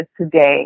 today